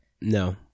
No